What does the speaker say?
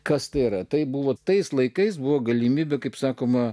kas tai yra taip buvo tais laikais buvo galimybių kaip sakoma